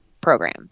program